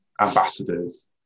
ambassadors